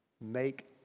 make